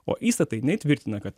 o įstatai neįtvirtina kad